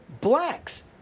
blacks